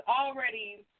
already –